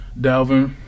Dalvin